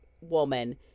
woman